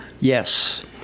Yes